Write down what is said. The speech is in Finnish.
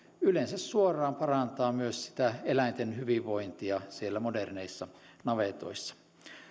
yleensä suoraan parantavat myös sitä eläinten hyvinvointia siellä moderneissa navetoissa